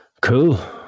cool